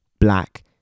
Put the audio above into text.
black